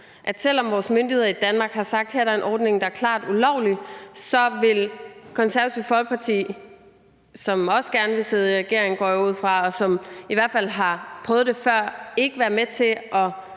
at selv om vores myndigheder i Danmark har sagt, at her er der en ordning, der er klart ulovlig, så vil Det Konservative Folkeparti, som også gerne vil sidde i regering, går jeg ud fra, og som i hvert fald har prøvet det før, ikke være med til at